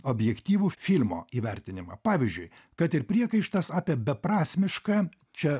objektyvų filmo įvertinimą pavyzdžiui kad ir priekaištas apie beprasmišką čia